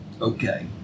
Okay